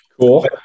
Cool